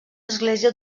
església